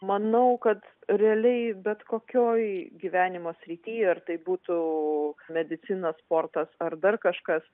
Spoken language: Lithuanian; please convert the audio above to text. manau kad realiai bet kokioj gyvenimo srity ar tai būtų medicina sportas ar dar kažkas